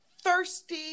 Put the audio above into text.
thirsty